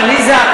עליזה,